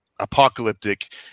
apocalyptic